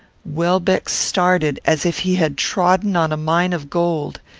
welbeck started as if he had trodden on a mine of gold.